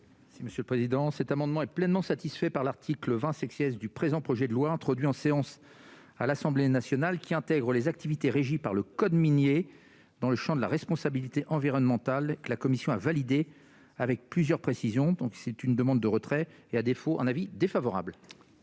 de la commission ? Cet amendement est pleinement satisfait par l'article 20 du présent projet de loi, introduit en séance à l'Assemblée nationale. Il intègre les activités régies par le code minier dans le champ de la responsabilité environnementale. La commission l'a validé avec plusieurs précisions. La commission demande le retrait de cet amendement ; à défaut, elle